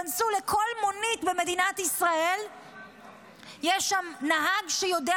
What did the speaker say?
כנסו לכל מונית במדינת ישראל יש שם נהג שיודע